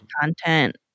content